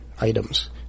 items